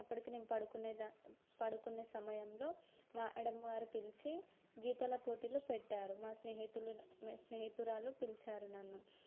అప్పటికి నేను పడుకునే దా పడుకునే సమయంలో మా మేడం వారు పిలిచి గీతల పోటీలు పెట్టారు మా స్నేహితులు స్నేహితురాలు పిలిచారు నన్ను